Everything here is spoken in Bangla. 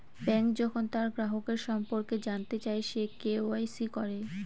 ব্যাঙ্ক যখন তার গ্রাহকের সম্পর্কে জানতে চায়, সে কে.ওয়া.ইসি করে